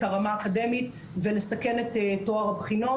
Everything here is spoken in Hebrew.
הרמה האקדמית ולסכן את טוהר הבחינות.